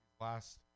last